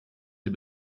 sie